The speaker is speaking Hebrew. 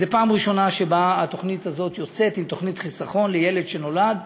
זו פעם ראשונה שהתוכנית הזאת יוצאת עם תוכנית חיסכון לילד שנולד,